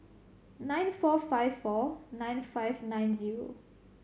nine four five four nine five nine zero